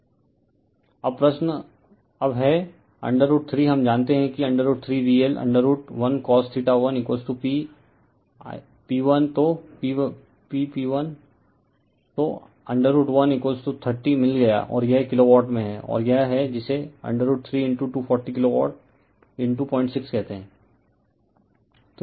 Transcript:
refer slide time 2538 अब प्रश्न अब है √3 हम जानते हैं कि √3 VL√1cos1 P lP1 तो √130 मिल गया और यह किलोवाट में है और यह है जिसे √3 240 किलोवोल्ट 06 कहते हैं